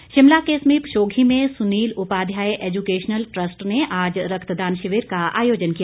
रक्तदान शिमला के समीप शोघी में सुनील उपाध्याय ऐजुकेशनल ट्रस्ट ने आज रक्तदान शिविर का आयोजन किया